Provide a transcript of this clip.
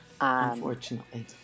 Unfortunately